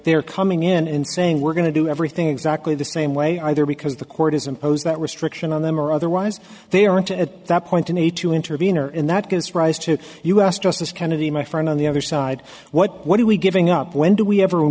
they're coming in and saying we're going to do everything exactly the same way either because the court has imposed that restriction on them or otherwise they aren't at that point to need to intervene or in that gives rise to us justice kennedy my friend on the other side what are we giving up when do we ever